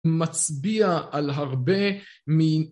מצביע על הרבה